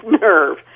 nerve